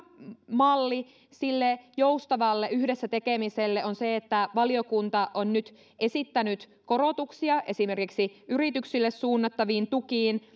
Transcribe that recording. malli sille joustavalle yhdessä tekemiselle on se että valiokunta on nyt esittänyt korotuksia esimerkiksi yrityksille suunnattaviin tukiin